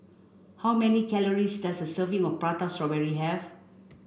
how many calories does a serving of prata strawberry have